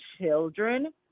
children